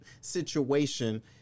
situation